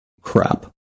Crap